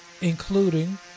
including